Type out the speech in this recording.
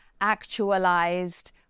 actualized